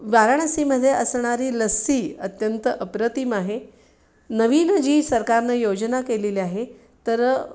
वाराणसीमध्ये असणारी लस्सी अत्यंत अप्रतिम आहे नवीन जी सरकारनं योजना केलेली आहे तर